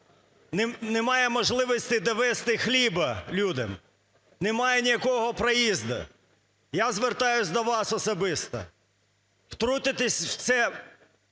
немає можливості довезти хліб людям, немає ніякого проїзду. Я звертаюсь до вас особисто, втрутитись в це,